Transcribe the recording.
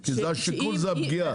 כי השיקול הוא הפגיעה,